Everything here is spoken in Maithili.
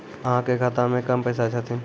अहाँ के खाता मे कम पैसा छथिन?